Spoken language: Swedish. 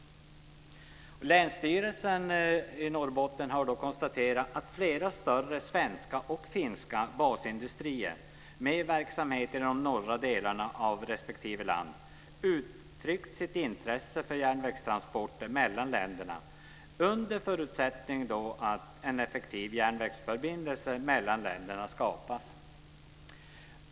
Länsstyrelsen i Norrbotten konstaterar att flera större svenska och finska basindustrier med verksamhet i de norra delarna av respektive land uttryckt sitt intresse för järnvägstransporter mellan länderna, under förutsättning att en effektiv järnvägsförbindelse mellan länderna skapas.